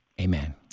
Amen